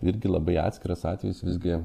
irgi labai atskiras atvejis visgi